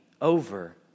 over